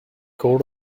court